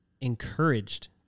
encouraged